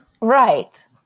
Right